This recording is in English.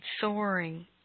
soaring